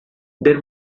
there